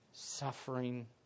Suffering